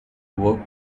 worked